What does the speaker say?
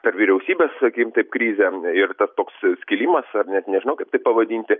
per vyriausybės sakykim taip krizę ir tas toks skilimas ar net nežinau kaip tai pavadinti